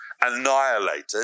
annihilated